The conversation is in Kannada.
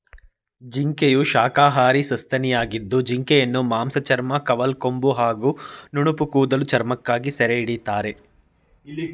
ಜಿಂಕೆಯು ಶಾಖಾಹಾರಿ ಸಸ್ತನಿಯಾಗಿದ್ದು ಜಿಂಕೆಯನ್ನು ಮಾಂಸ ಚರ್ಮ ಕವಲ್ಕೊಂಬು ಹಾಗೂ ನುಣುಪುಕೂದಲ ಚರ್ಮಕ್ಕಾಗಿ ಸೆರೆಹಿಡಿತಾರೆ